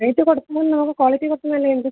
rate കൊടുത്തിനെങ്കും quality കുറച്ച് നല്ലതുണ്ട്